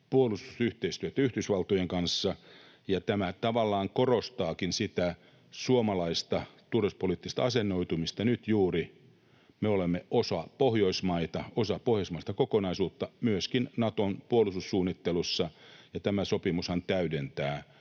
puolustusyhteistyötä Yhdysvaltojen kanssa, ja tämä tavallaan korostaakin sitä suomalaista turvallisuuspoliittista asennoitumista. Nyt juuri me olemme osa Pohjoismaita, osa pohjoismaista kokonaisuutta myöskin Naton puolustussuunnittelussa, ja tämä sopimushan täydentää